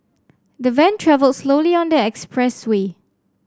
the van travelled slowly on the expressway